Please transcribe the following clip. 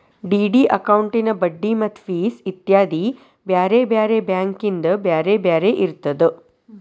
DD ಅಕೌಂಟಿನ್ ಬಡ್ಡಿ ಮತ್ತ ಫಿಸ್ ಇತ್ಯಾದಿ ಬ್ಯಾರೆ ಬ್ಯಾರೆ ಬ್ಯಾಂಕಿಂದ್ ಬ್ಯಾರೆ ಬ್ಯಾರೆ ಇರ್ತದ